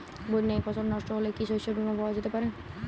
বন্যায় ফসল নস্ট হলে কি শস্য বীমা পাওয়া যেতে পারে?